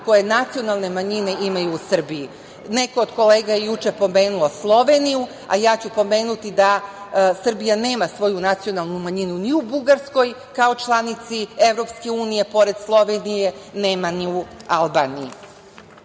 koje nacionalne manjine imaju u Srbiji. Neko od kolega je juče pomenuo Sloveniju, a ja ću pomenuti da Srbija nema svoju nacionalnu manjinu ni u Bugarskoj kao članici EU, pored Slovenije, nema ni u Albaniji. Mnogo